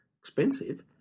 expensive